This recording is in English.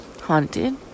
haunted